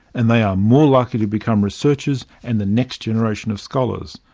and they are more likely to become researchers and the next generation of scholars,